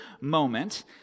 moment